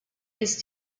his